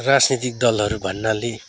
राजनीतिक दलहरू भन्नाले